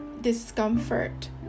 discomfort